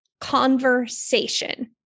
conversation